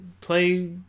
play